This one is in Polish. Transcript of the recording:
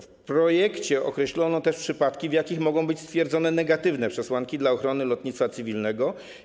W projekcie określono też przypadki, w jakich mogą być stwierdzone negatywne przesłanki dla ochrony lotnictwa cywilnego.